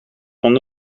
van